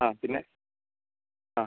ആ പിന്നെ ആ